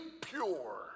pure